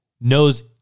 Knows